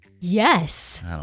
Yes